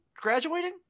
graduating